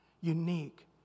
Unique